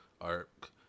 arc